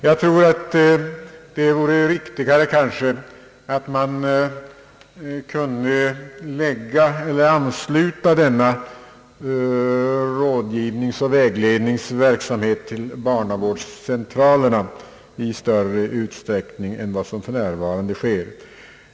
Det vore kanske riktigare om man kunde ansluta denna rådgivningsoch vägledningsverksamhet till barnavårdscentralerna i större utsträckning än som för närvarande sker.